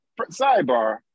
sidebar